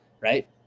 right